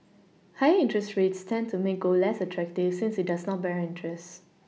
higher interest rates tend to make gold less attractive since it does not bear interest